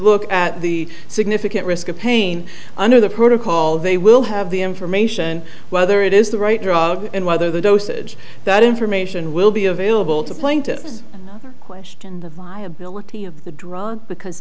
look at the significant risk of pain under the protocol they will have the information whether it is the right drug and whether the dosage that information will be available to plaintiff has questioned the viability of the drug